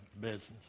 business